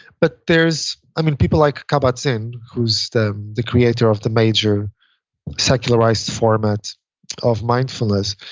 but there's, i mean, people like kabat-zinn, who's the the creator of the major secularized format of mindfulness,